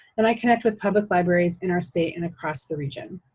and i connect with public libraries in our state and across the region.